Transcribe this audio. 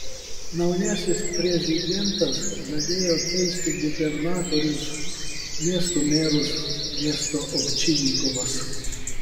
naujasis prezidentas žadėjo keisti gubernatorius miestų merus dėsto ovčinikovas